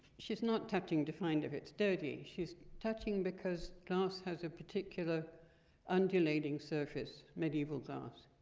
she's not touching to find if it's dirty. she's touching, because glass has a particular undulating surface, medieval glass,